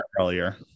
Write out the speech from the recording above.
earlier